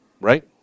Right